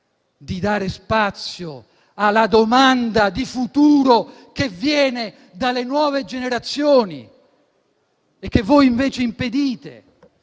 e dare spazio alla domanda di futuro che viene dalle nuove generazioni che voi invece impedite.